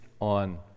on